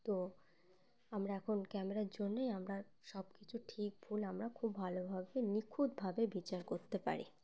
তো আমরা এখন ক্যামেরার জন্যেই আমরা সব কিছু ঠিক ভুল আমরা খুব ভালোভাবে নিখুঁতভাবে বিচার করতে পারি